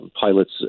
pilots